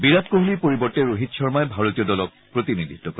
বিৰাট কোহলিৰ পৰিৱৰ্তে ৰোহিত শৰ্মহি ভাৰতীয় দলৰ প্ৰতিনিধিত্ব কৰিব